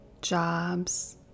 jobs